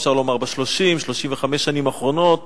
אפשר לומר ב-30 35 השנים האחרונות